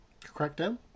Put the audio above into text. Crackdown